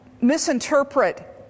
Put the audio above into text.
misinterpret